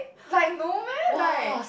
like no meh like